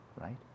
right